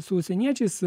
su užsieniečiais